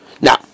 Now